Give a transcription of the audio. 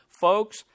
Folks